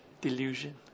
delusion